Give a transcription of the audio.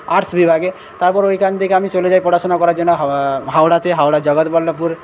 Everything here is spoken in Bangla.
আর্টস বিভাগে তারপর ওইখান থেকে আমি চলে যাই পড়াশোনা করার জন্য হাওড়াতে হাওড়া জগৎবল্লভপুর